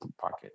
pocket